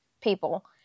people